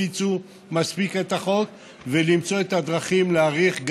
שלא הפיצו מספיק את החוק ולמצוא את הדרכים להאריך,